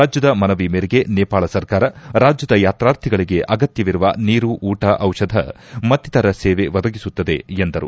ರಾಜ್ಞದ ಮನವಿ ಮೇರೆಗೆ ನೇಪಾಳ ಸರ್ಕಾರ ರಾಜ್ಞದ ಯಾತಾರ್ಥಿಗಳಿಗೆ ಅಗತ್ಯವಿರುವ ನೀರು ಊಟ ದಿಷಧ ಮತ್ತಿತರೆ ಸೇವೆ ಒದಗಿಸುತ್ತಿದೆ ಎಂದರು